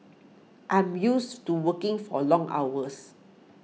I'm used to working for long hours